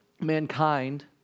Mankind